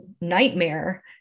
nightmare